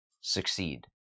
succeed